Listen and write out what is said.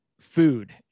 food